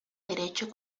derecho